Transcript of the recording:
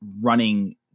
running